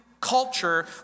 culture